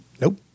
Nope